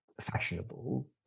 fashionable